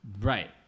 Right